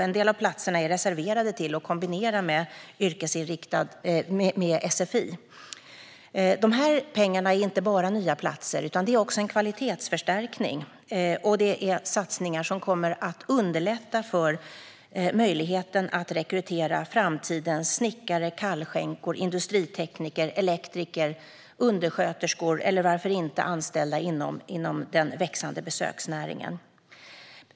En del av dessa har reserverats för att man ska kombinera dem med sfi. Dessa pengar ger inte bara nya platser, utan de går också till en kvalitetsförstärkning. Det här är satsningar som kommer att underlätta rekryteringen av framtidens snickare, kallskänkor, industritekniker, elektriker, undersköterskor och anställda inom den växande besöksnäringen.